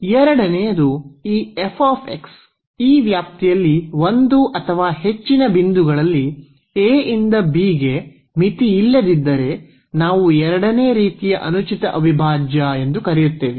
ಎರಡನೆಯದು ಈ ಈ ವ್ಯಾಪ್ತಿಯಲ್ಲಿ ಒಂದು ಅಥವಾ ಹೆಚ್ಚಿನ ಬಿಂದುಗಳಲ್ಲಿ a ಇಂದ b ಗೆ ಮಿತಿಯಿಲ್ಲದಿದ್ದರೆ ನಾವು ಎರಡನೇ ರೀತಿಯ ಅನುಚಿತ ಅವಿಭಾಜ್ಯ ಎಂದು ಕರೆಯುತ್ತೇವೆ